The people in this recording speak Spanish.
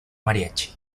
mariachi